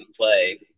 play